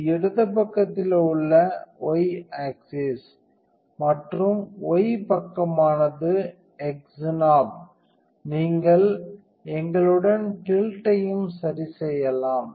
இது இடது பக்கத்தில் உள்ள y ஆக்சிஸ் மற்றும் y பக்கமானது x நாப் நீங்கள் எங்களுடன் டில்ட்டையும் சரிசெய்யலாம்